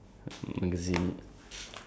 nobody lah ya